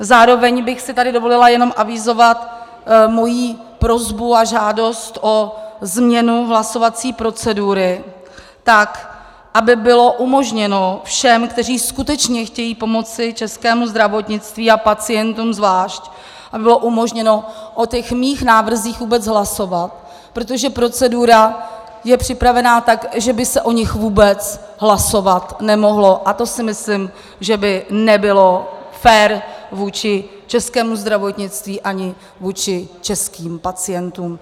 Zároveň bych si tady dovolila jenom avizovat mou prosbu a žádost o změnu hlasovací procedury tak, aby bylo umožněno všem, kteří skutečně chtějí pomoci českému zdravotnictví a pacientům zvlášť, aby bylo umožněno o těch mých návrzích vůbec hlasovat, protože procedura je připravena tak, že by se o nich vůbec hlasovat nemohlo, a to si myslím, že by nebylo fér vůči českému zdravotnictví ani vůči českým pacientům.